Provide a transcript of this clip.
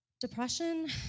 Depression